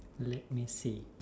let me see